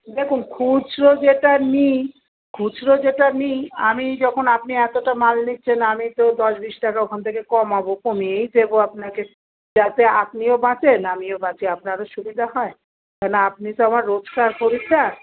দেখুন খুচরো যেটা নিই খুচরো যেটা নিই আমি যখন আপনি এতটা মাল নিচ্ছেন আমি তো দশ বিশ টাকা ওখান থেকে কমাবো কমিয়েই দেব আপনাকে যাতে আপনিও বাঁচেন আমিও বাঁচি আপনারও সুবিধা হয় কেন না আপনি তো আমার রোজকার খরিদ্দার